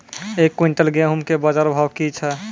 एक क्विंटल गेहूँ के बाजार भाव की छ?